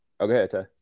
okay